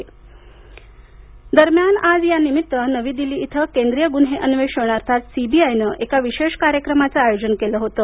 CBI दरम्यान आज यानिमित्त नवी दिल्ली इथं केंद्रीय गुन्हे अन्वेषण अर्थात सीबीआयनंएका विशेष कार्यकर्माचं आयोजन केलं होतं